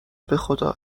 بخدا